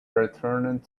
returned